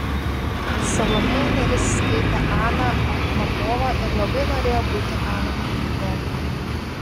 salomėja nėris skaitė aną achmatovą ir labai norėjo būti ana achmatova